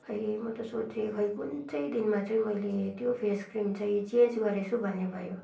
खोइ म त सोचे खोइ कुन चाहिँ दिनमा चाहिँ मैले त्यो फेस क्रिम चाहिँ चेन्ज गरेछु भन्ने भयो